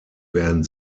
werden